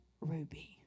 ruby